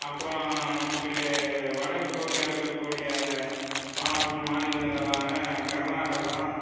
அப்புறம் நமக்கு வடக்கு பக்கம் இருக்கக்கூடிய மாவட்ட மாநிலங்களான கர்நாடகம்